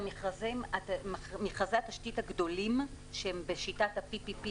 הוא מוציא את מכרזי התשתית הגדולים בשיטת P.P.P,